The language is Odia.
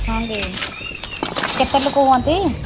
ହଁ ଯେ କେତେ ଲୋକ ହୁଅନ୍ତି